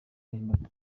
mpimbano